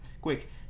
Quick